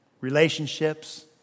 relationships